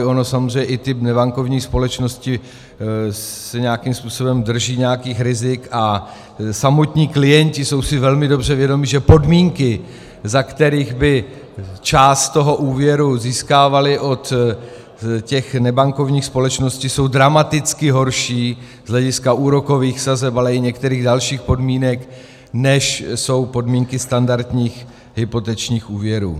Ony samozřejmě i ty nebankovní společnosti se nějakým způsobem drží nějakých rizik a samotní klienti jsou si velmi dobře vědomi, že podmínky, za kterých by část toho úvěru získávali od těch nebankovních společností, jsou dramaticky horší z hlediska úrokových sazeb, ale i některých dalších podmínek, než jsou podmínky standardních hypotečních úvěrů.